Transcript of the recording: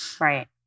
Right